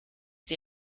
die